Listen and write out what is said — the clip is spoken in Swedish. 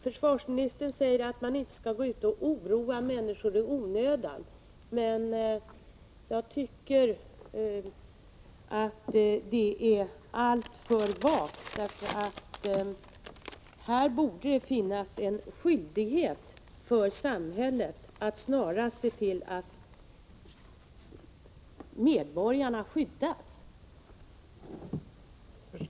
Försvarsministern säger att man inte skall oroa människorna i onödan, men här borde samhället ha en skyldighet att se till att människorna skyddas.